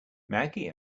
maggie